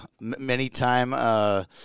many-time